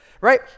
right